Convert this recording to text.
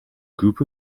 group